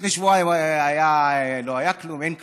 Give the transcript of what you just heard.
לפני שבועיים לא היה כלום, אין כלום,